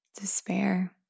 despair